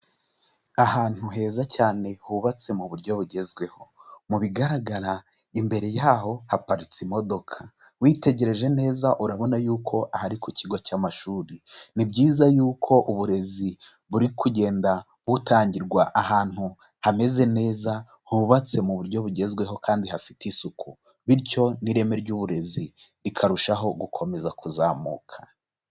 Ahantu heza cyane hubatse mu buryo bugezweho, mu bigaragara imbere yaho haparitse imodoka, witegereje neza urabona y'uko aha ari ku kigo cy'amashuri. Ni byiza yuko uburezi buri kugenda butangirwa ahantu hameze neza hubatse mu buryo bugezweho kandi hafite isuku, bityo n'ireme ry'uburezi rikarushaho gukomeza kuzamuka.